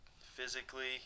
physically